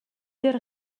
дээр